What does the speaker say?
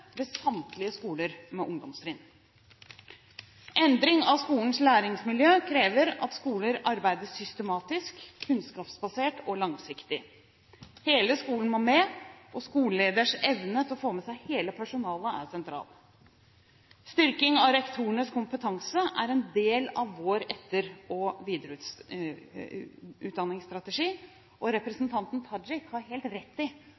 ved samtlige skoler med ungdomstrinn. Endring av skolens læringsmiljø krever at skoler arbeider systematisk, kunnskapsbasert og langsiktig. Hele skolen må med, og skolelederens evne til å få med hele personalet er sentral. Styrking av rektorenes kompetanse er en del av vår etter- og videreutdanningsstrategi. Representanten Tajik har helt rett i